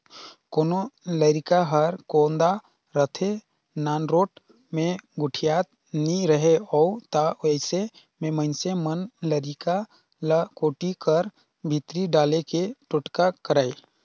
कोनो लरिका हर कोदा रहथे, नानरोट मे गोठियात नी रहें उ ता अइसे मे मइनसे मन लरिका ल कोठी कर भीतरी डाले के टोटका करय